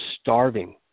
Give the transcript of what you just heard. starving